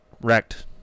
wrecked